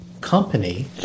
company